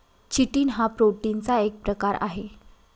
chitin हा प्रोटीनचा एक प्रकार आहे